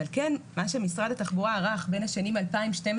אבל כן מה שמשרד התחבורה ערך בין השנים 2012-2016,